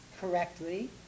correctly